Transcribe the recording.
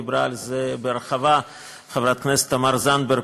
דיברה על זה בהרחבה חברת הכנסת תמר זנדברג,